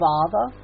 Father